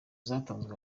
zatanzwe